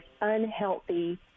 unhealthy